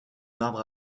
marbre